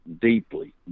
deeply